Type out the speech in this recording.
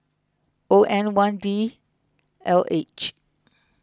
O N one D L H